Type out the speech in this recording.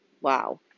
wow